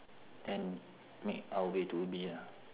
and make our way to ubi ah